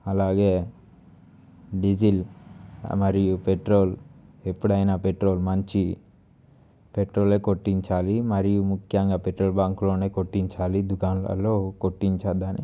అలాగే డీజిల్ మరియు పెట్రోల్ ఎప్పుడైనా పెట్రోల్ మంచి పెట్రోల్లే కొట్టించాలి మరియు ముఖ్యంగా పెట్రోల్ బంక్ లోనే కొట్టించాలి దుకాణాలల్లో కొట్టించద్దని